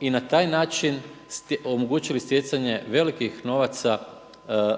i na taj način omogućili stjecanje velikih novaca